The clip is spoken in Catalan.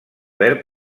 verb